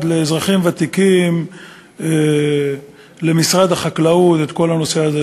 לאזרחים ותיקים למשרד החקלאות את כל הנושא הזה,